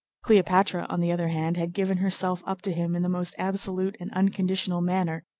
cleopatra, on the other hand, had given herself up to him in the most absolute and unconditional manner,